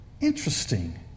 Interesting